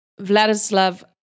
Vladislav